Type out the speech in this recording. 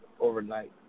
overnight